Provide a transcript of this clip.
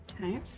Okay